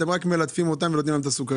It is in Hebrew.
אתם רק מלטפים ונותנים להם את הסוכרייה,